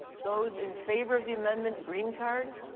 those in favor of the amendment, green card.